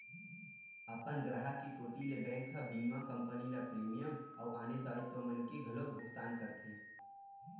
अपन गराहक के कोती ले बेंक ह बीमा कंपनी ल प्रीमियम अउ आने दायित्व मन के घलोक भुकतान करथे